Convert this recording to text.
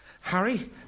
Harry